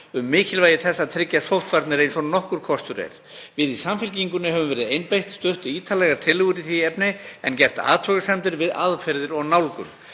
um mikilvægi þess að tryggja sóttvarnir eins og nokkur kostur er. Við í Samfylkingunni höfum verið einbeitt, stutt ítarlegar tillögur í því efni en gert athugasemdir við aðferðir og nálgun.